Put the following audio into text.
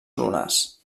lunars